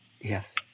Yes